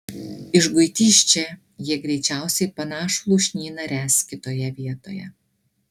išguiti iš čia jie greičiausiai panašų lūšnyną ręs kitoje vietoje